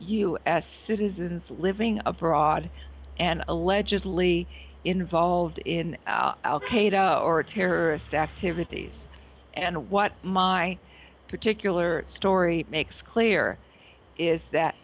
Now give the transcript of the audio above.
u s citizens living abroad and allegedly involved in al qaeda or a terrorist activities and what my particular story makes clear is that